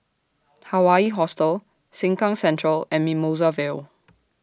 Hawaii Hostel Sengkang Central and Mimosa Vale